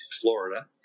Florida